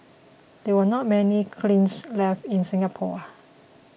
there are not many kilns left in Singapore